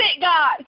God